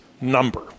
number